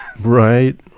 Right